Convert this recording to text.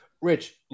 rich